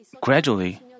gradually